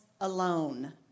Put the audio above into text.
alone